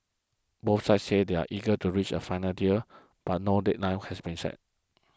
both sides say they are eager to reach a final deal but no deadline has been set